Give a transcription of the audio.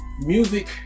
Music